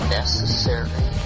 necessary